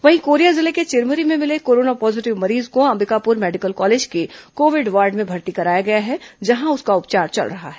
वहीं कोरिया जिले के चिरमिरी में मिले कोरोना पॉजीटिव मरीज को अंबिकापुर मेडिकल कॉलेज के कोविड वार्ड में भर्ती कराया गया है जहां उसका उपचार चल रहा है